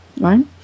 right